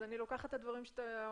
אז אני לוקחת את הדברים שאתה אומר